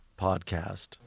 podcast